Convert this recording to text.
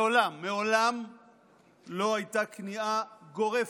מעולם לא הייתה כניעה גורפת,